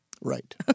Right